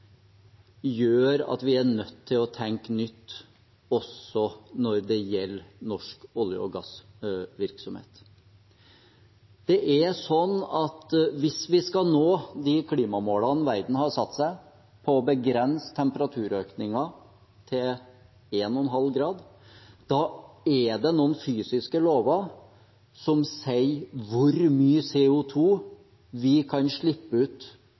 gjør at vi er nødt til å tenke nytt også når det gjelder norsk olje- og gassvirksomhet. Hvis vi skal nå de klimamålene verden har satt seg om å begrense temperaturøkningen til 1,5 grader, er det noen fysiske lover som sier hvor mye CO 2 vi kan slippe ut